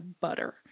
butter